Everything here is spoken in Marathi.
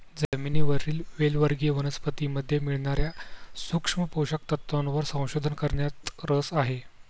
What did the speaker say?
जमिनीवरील वेल वर्गीय वनस्पतीमध्ये मिळणार्या सूक्ष्म पोषक तत्वांवर संशोधन करण्यात रस आहे